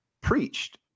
preached